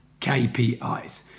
KPIs